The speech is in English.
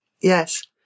Yes